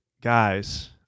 guys